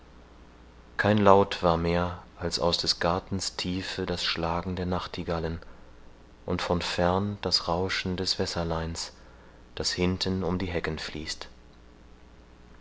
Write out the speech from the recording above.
kein laut war mehr als aus des gartens tiefe das schlagen der nachtigallen und von fern das rauschen des wässerleins das hinten um die hecken fließt